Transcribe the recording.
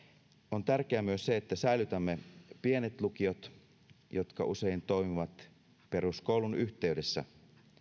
on tärkeää myös se että säilytämme pienet lukiot jotka usein toimivat peruskoulun yhteydessä